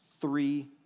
three